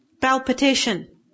Palpitation